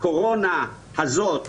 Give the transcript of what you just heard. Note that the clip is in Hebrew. הקורונה הזאת,